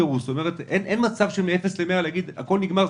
אין מצב שמאפס למאה יוכלו להגיד: הכול נגמר,